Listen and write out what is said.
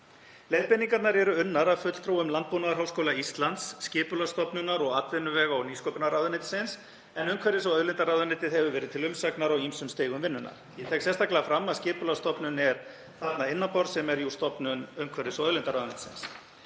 Leiðbeiningarnar eru unnar af fulltrúum Landbúnaðarháskóla Íslands, Skipulagsstofnunar og atvinnuvega- og nýsköpunarráðuneytisins en umhverfis- og auðlindaráðuneytið hefur verið til umsagnar á ýmsum stigum vinnunnar. Ég tek sérstaklega fram að Skipulagsstofnun er þarna innan borðs, sem er jú stofnun umhverfis- og auðlindaráðuneytisins.